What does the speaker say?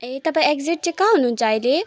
ए तपाईँ एक्ज्याक्ट चाहिँ कहाँ हुनुहुन्छ अहिले